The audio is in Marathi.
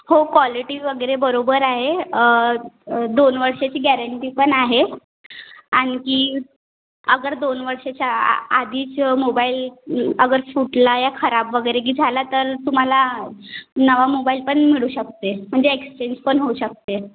हो क्वालिटी वगैरे बरोबर आहे दोन वर्षाची गॅरंटी पण आहे आणखी आगर दोन वर्षाच्या आधीच मोबाईल अगर फुटला या खराब वगैरे झाला तर तुम्हाला नवा मोबाईल पण मिळू शकते म्हणजे एक्स्चेंज पण होऊ शकते